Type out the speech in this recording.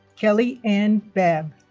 kelly ann babb